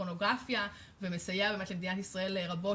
פורנוגרפיה ומסייע למדינת ישראל רבות